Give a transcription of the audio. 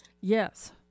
Yes